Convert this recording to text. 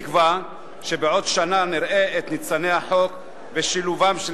אני תקווה שבעוד שנה נראה את ניצני החוק בשילובם של